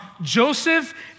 Joseph